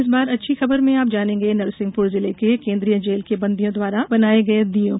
इस बार अच्छी खबर में आप जानेंगें नरसिंहपुर जिले के केन्द्रीय जेल के बंदियों द्वारा बनाये गये दीयों पर विशेष रिपोर्ट